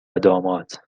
داماد